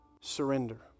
surrender